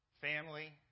Family